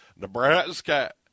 Nebraska